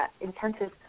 intensive